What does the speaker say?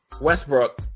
Westbrook